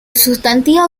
sustantivo